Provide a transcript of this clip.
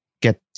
get